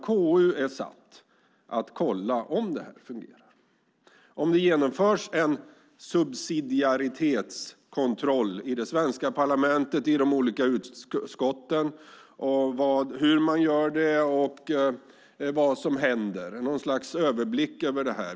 KU är satt att kolla om det fungerar, om det verkligen genomförs en subsidiaritetskontroll i det svenska parlamentet och dess olika utskott, hur man gör det och vad som händer. Vi ska ha något slags överblick över detta.